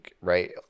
right